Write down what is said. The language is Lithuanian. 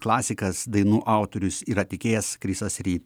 klasikas dainų autorius ir atlikėjas krisas ry